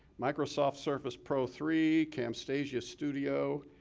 microsoft surface pro three, camtasia studio,